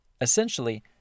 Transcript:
Essentially